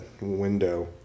window